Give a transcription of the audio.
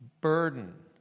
burden